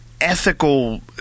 ethical